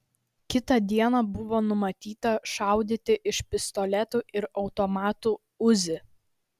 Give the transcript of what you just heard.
kitą dieną buvo numatyta šaudyti iš pistoletų ir automatų uzi